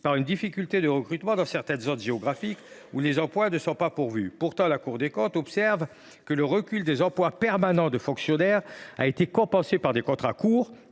par une difficulté à recruter dans certaines zones géographiques, où les emplois ne sont plus pourvus. En outre, la Cour des comptes observe que le recul des emplois permanents de fonctionnaires a été compensé par des contrats courts,